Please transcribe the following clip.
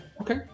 Okay